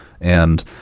and